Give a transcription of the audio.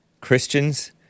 Christians